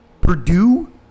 Purdue